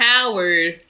Howard